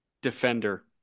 Defender